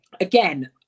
again